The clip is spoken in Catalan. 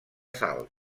salt